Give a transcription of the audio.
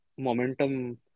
Momentum